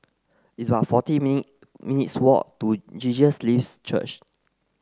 it's about fourteen mean minutes walk to Jesus Lives Church